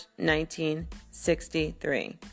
1963